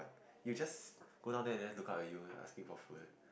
you just go down there and then look up at you asking for food